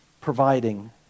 providing